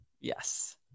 Yes